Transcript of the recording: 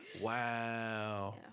wow